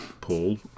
Paul